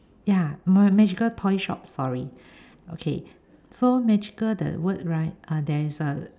ya m~ magical toy shop sorry okay so magical the word right uh there is a